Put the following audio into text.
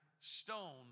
stone